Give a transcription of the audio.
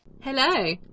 Hello